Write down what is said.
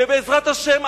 ובעזרת השם,